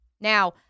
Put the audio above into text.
Now